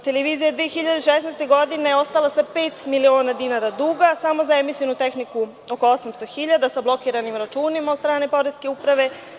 Televizija je 2016. godine ostala sa pet miliona dinara duga, a samo za emisionu tehniku oko 800.000 sa blokiranim računima od strane poreske uprave.